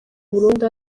burundu